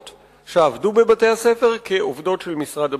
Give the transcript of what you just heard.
שעבדו בבתי-הספר כעובדות של משרד הבריאות.